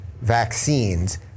vaccines